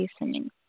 listening